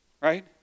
Right